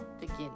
begin